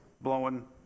blowing